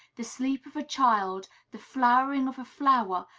the sleep of a child, the flowering of a flower,